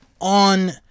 on